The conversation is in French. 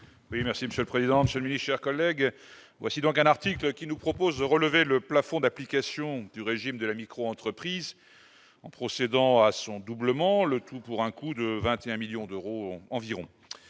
Oui, merci Monsieur le Président, Monsieur lui, chers collègues, voici donc un article qui nous propose de relever le plafond d'application du régime de la micro entreprise en procédant à son doublement, le tout pour un coût de 21 millions d'euros environ,